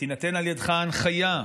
שתינתן על ידך ההנחיה,